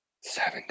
Seven